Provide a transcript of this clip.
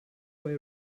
way